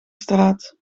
straat